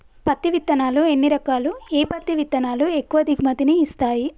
పత్తి విత్తనాలు ఎన్ని రకాలు, ఏ పత్తి విత్తనాలు ఎక్కువ దిగుమతి ని ఇస్తాయి?